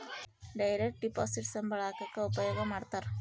direct deposit ಸಂಬಳ ಹಾಕಕ ಉಪಯೋಗ ಮಾಡ್ತಾರ